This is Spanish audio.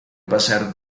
pasar